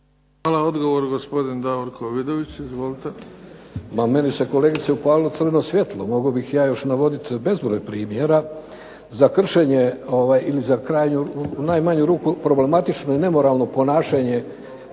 Hvala. Odgovor, gospodin Davorko Vidović. Izvolite. **Vidović, Davorko (SDP)** Pa meni se kolegice upalilo crveno svjetlo, mogao bih ja još navoditi bezbroj primjera za kršenje ili u najmanju ruku problematično i nemoralno ponašanje